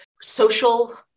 social